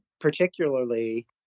particularly